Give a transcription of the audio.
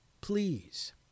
Please